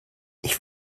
ich